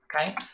okay